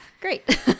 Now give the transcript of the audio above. Great